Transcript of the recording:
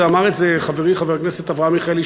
ואמר את זה חברי חבר הכנסת אברהם מיכאלי,